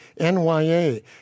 NYA